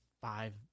five